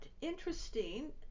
interesting